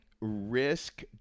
risk